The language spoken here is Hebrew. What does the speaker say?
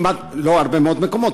לא הרבה מאוד מקומות,